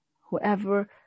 whoever